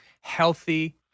healthy